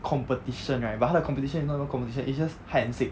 competition right but 他的 competition is not even competition is just hide and seek